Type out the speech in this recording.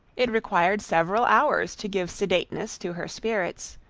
it required several hours to give sedateness to her spirits,